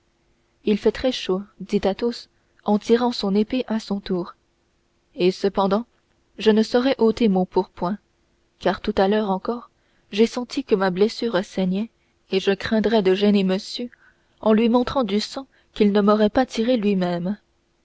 il fait très chaud dit athos en tirant son épée à son tour et cependant je ne saurais ôter mon pourpoint car tout à l'heure encore j'ai senti que ma blessure saignait et je craindrais de gêner monsieur en lui montrant du sang qu'il ne m'aurait pas tiré lui-même